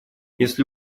если